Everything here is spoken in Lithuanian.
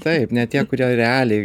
taip ne tie kurie realiai